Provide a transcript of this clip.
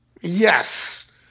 Yes